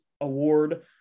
Award